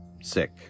sick